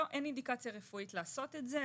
לא, אין אינדיקציה רפואית לעשות את זה.